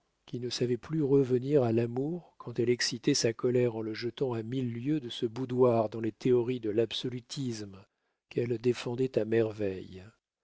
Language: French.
qui ne savait plus revenir à l'amour quand elle excitait sa colère en le jetant à mille lieues de ce boudoir dans les théories de l'absolutisme qu'elle défendait à merveille